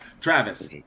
Travis